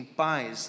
paz